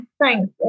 thanks